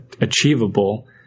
achievable